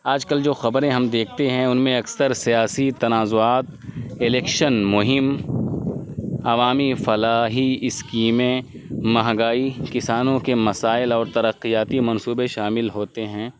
آج کل جو خبریں ہم دیکھتے ہیں ان میں اکثر سیاسی تنازعات الیکشن مہم عوامی فلاحی اسکیمیں مہنگائی کسانوں کے مسائل اور ترقیاتی منصوبے شامل ہوتے ہیں